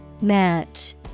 Match